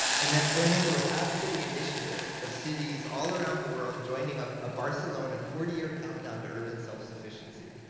and that's grown into a fab city initiative, of cities all around the world joining up, a barcelona forty year countdown to urban self-sufficiency.